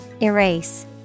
Erase